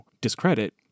discredit